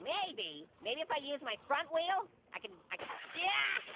maybe maybe if i use my front wheel i can i can yeah